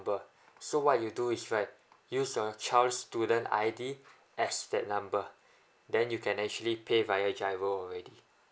so what you do is right use your child's student I_D as that number then you can actually pay via G_I_R_O already